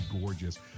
gorgeous